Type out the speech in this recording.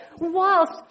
whilst